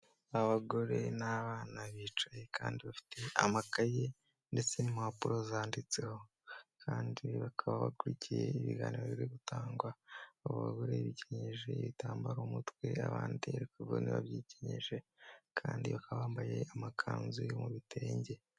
Abagore n'abana bicaye kandi bafite amakaye ndetse n'impapuro zanditseho. Kandi bakaba bakurikiye ibiganiro biri gutangwa. Abo bagore bikenyeje ibitambaro umutwe abandi bo ntibabyikenyeje kandi bakabambaye amakanzu yo mu bitenge.